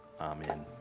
Amen